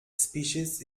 species